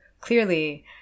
clearly